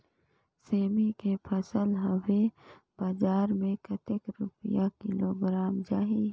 सेमी के फसल हवे बजार मे कतेक रुपिया किलोग्राम जाही?